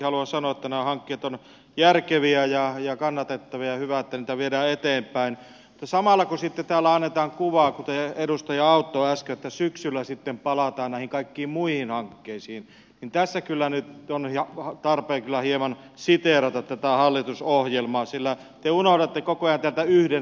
haluan sanoa että nämä hankkeet ovat järkeviä ja kannatettavia ja on hyvä että niitä viedään eteenpäin mutta samalla kun täällä annetaan kuva kuten edustaja autto äsken että syksyllä sitten palataan näihin kaikkiin muihin hankkeisiin niin tässä nyt on tarpeen kyllä hieman siteerata tätä hallitusohjelmaa sillä te unohdatte koko ajan täältä yhden sanan